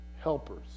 helpers